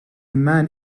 man